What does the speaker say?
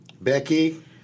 Becky